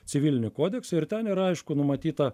civilinį kodeksą ir ten yra aišku numatyta